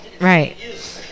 Right